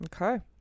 Okay